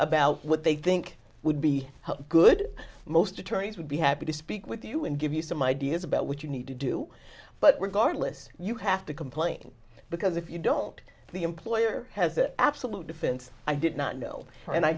about what they think would be good most attorneys would be happy to speak with you and give you some ideas about what you need to do but were guard list you have to complain because if you don't the employer has an absolute defense i did not know and i